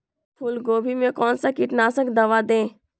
फूलगोभी में कौन सा कीटनाशक दवा दे?